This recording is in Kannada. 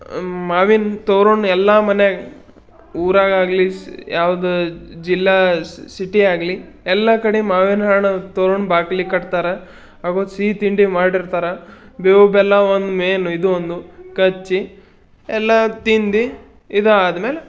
ಮಾವಿನ ತೋರಣ ಎಲ್ಲ ಮನೆಯಾಗ ಊರಾಗಾಗಲಿ ಯಾವ್ದೇ ಜಿಲ್ಲಾ ಸಿಟಿ ಆಗಲಿ ಎಲ್ಲ ಕಡೆ ಮಾವಿನ ಹಣ್ಣು ತೋರಣ ಬಾಗ್ಲಿಗೆ ಕಟ್ತಾರೆ ಅವತ್ತು ಸಿಹಿ ತಿಂಡಿ ಮಾಡಿರ್ತಾರೆ ಬೇವು ಬೆಲ್ಲ ಒಂದು ಮೇನ್ ಇದು ಒಂದು ಕಚ್ಚಿ ಎಲ್ಲ ತಿಂದು ಇದಾದ್ಮೇಲೆ